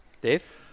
Dave